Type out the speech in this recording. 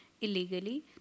illegally